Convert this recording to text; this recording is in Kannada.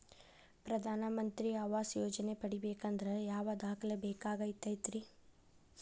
ಪ್ರಧಾನ ಮಂತ್ರಿ ಆವಾಸ್ ಯೋಜನೆ ಪಡಿಬೇಕಂದ್ರ ಯಾವ ದಾಖಲಾತಿ ಬೇಕಾಗತೈತ್ರಿ?